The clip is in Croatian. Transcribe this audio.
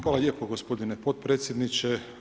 Hvala lijepo gospodine potpredsjedniče.